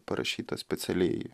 parašytas specialiai